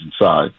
inside